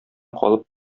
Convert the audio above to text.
калып